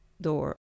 door